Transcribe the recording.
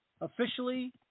officially